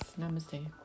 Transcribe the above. Namaste